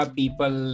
people